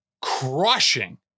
crushing